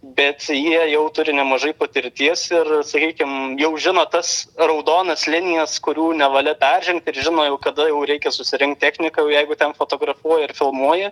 bet jie jau turi nemažai patirties ir sakykim jau žino tas raudonas linijas kurių nevalia peržengt ir žino jau kada jau reikia susirinkt techniką jau jeigu ten fotografuoji ir filmuoji